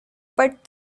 but